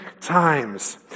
times